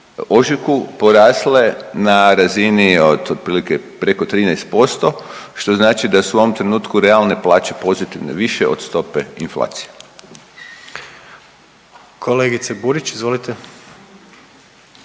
ožujku porasle na razini od otprilike preko 13% što znači da su u ovom trenutku realne plaće pozitivne više od stope inflacije. **Jandroković, Gordan